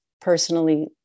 personally